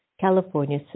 California